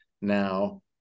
now